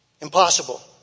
Impossible